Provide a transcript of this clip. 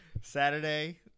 Saturday